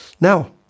Now